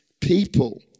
people